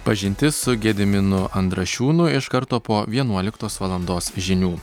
pažintis su gediminu andrašiūnu iš karto po vienuoliktos valandos žinių